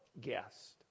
guest